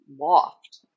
loft